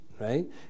right